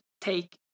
take